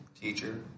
Teacher